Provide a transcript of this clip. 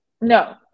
No